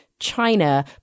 China